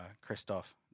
Christoph